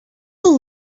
will